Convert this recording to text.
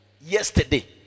yesterday